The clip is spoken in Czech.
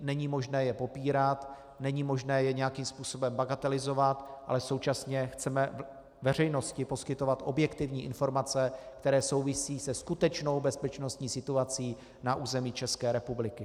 Není možné je popírat, není možné je nějakým způsobem bagatelizovat, ale současně chceme veřejnosti poskytovat objektivní informace, které souvisí se skutečnou bezpečnostní situací na území České republiky.